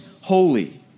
holy